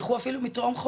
אנחנו משקיעים מיליונים,